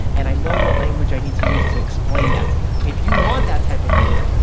and i know what language i need to use to explain that to them. if you want that type of video,